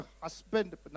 Husband